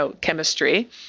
chemistry